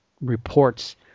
reports